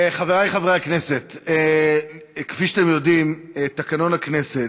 חברי חברי הכנסת, כפי שאתם יודעים, בתקנון הכנסת,